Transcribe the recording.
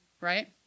right